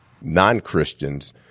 non-Christians